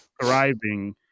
thriving